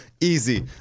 Easy